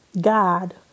God